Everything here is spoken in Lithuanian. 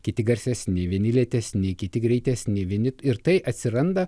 kiti garsesni vieni lėtesni kiti greitesni vieni ir tai atsiranda